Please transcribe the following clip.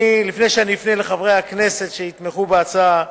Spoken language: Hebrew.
לפני שאפנה לחברי הכנסת שיתמכו בהצעה,